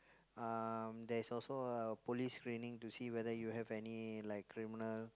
um there's also a police screening to see whether you have any like criminal